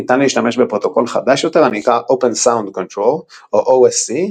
ניתן להשתמש בפרוטוקול חדש יותר הנקרא Open Sound Control או OSC,